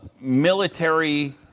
military